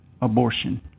abortion